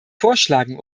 vorschlagen